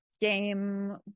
game